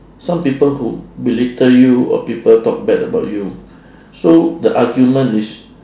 some people who belittle you or people talk bad about you so the argument is